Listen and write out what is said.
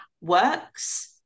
works